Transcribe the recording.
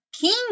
King